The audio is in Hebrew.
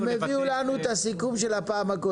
הם הביעו לנו את הסיכום שהיה בפעם הקודמת.